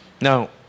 Now